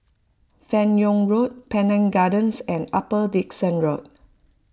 Fan Yoong Road Pandan Gardens and Upper Dickson Road